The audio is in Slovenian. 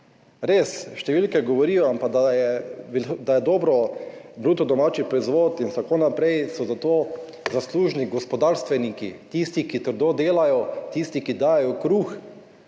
številke govorijo, ampak da je dobro bruto domači proizvod in tako naprej, so za to zaslužni gospodarstveniki, tisti, ki trdo delajo, tisti, ki dajejo kruh,